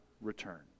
return